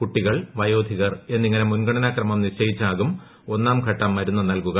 കുട്ടികൾ വയോധികർ എന്നിങ്ങനെ മുൻഗണനാ ക്രമം നിശ്ചയിച്ചാകും ഒന്നാം ഘട്ടം മരുന്ന് നൽകുക